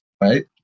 right